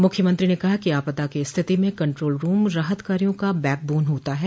मुख्यमंत्री ने कहा कि आपदा की स्थिति में कन्ट्रोल रूम राहत कार्यों का बैकबान होता है